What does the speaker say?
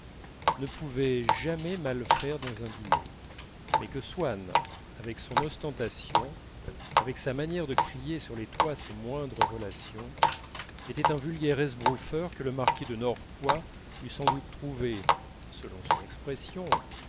ne pouvait jamais mal faire dans un dîner mais que swann avec son ostentation avec sa manière de crier sur les toits ses moindres relations était un vulgaire esbroufeur que le marquis de norpois eût sans doute trouvé selon son expression